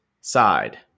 side